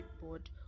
Board